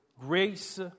grace